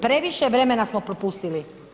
Previše vremena smo propustili.